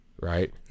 Right